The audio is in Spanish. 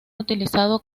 utilizado